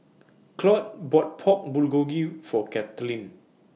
Claud bought Pork Bulgogi For Kathlene